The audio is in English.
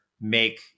make